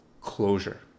closure